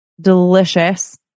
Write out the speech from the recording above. delicious